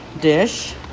dish